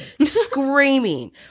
screaming